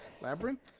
Labyrinth